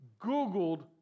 Googled